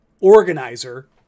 organizer